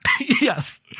yes